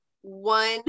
one